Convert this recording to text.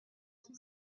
cent